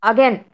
Again